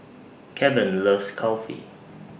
Keven loves Kulfi